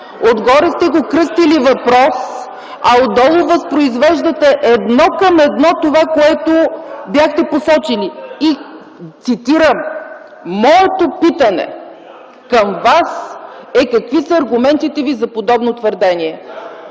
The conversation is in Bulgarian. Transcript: Отгоре сте го кръстили „въпрос”, а отдолу възпроизвеждате едно към едно това, което бяхте посочили, и цитирам: „Моето питане към Вас е: какви са аргументите Ви за подобно твърдение?”